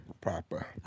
Proper